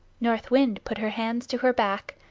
north wind put her hands to her back,